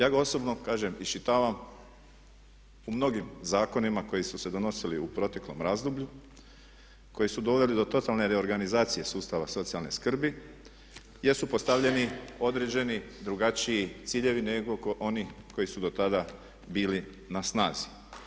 Ja ga osobno kažem iščitavam u mnogim zakonima koji su se donosili u proteklom razdoblju, koji su doveli do totalne reorganizacije sustava socijalne skrbi gdje su postavljeni određeni drugačiji ciljevi nego oni koji su dotada bili na snazi.